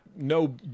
no